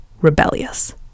rebellious